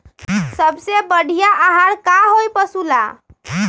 सबसे बढ़िया आहार का होई पशु ला?